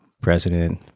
president